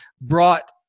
brought